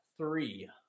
three